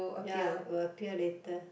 ya will appear later